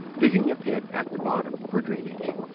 digging a pit at the bottom for drain age.